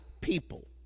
people